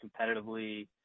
competitively